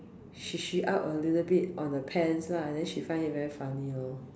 Xu Xu out a little bit on the pants lah then she find it very funny lor